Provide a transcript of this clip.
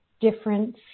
different